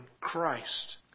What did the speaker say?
Christ